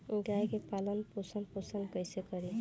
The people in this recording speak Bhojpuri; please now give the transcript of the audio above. गाय के पालन पोषण पोषण कैसे करी?